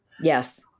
Yes